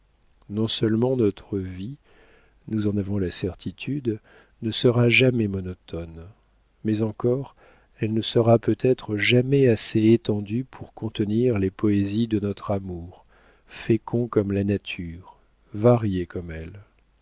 délicieux non-seulement notre vie nous en avons la certitude ne sera jamais monotone mais encore elle ne sera peut-être jamais assez étendue pour contenir les poésies de notre amour fécond comme la nature varié comme elle